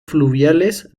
fluviales